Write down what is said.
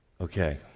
Okay